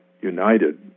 united